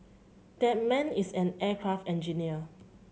that man is an aircraft engineer